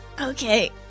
Okay